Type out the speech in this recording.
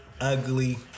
ugly